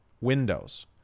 windows